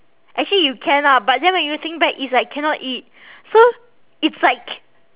actually you can ah but then when you think back it's like cannot eat so it's like